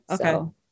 Okay